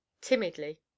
timidly